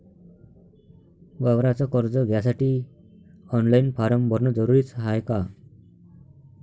वावराच कर्ज घ्यासाठी ऑनलाईन फारम भरन जरुरीच हाय का?